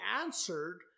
answered